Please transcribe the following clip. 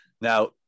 Now